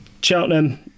Cheltenham